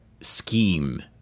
scheme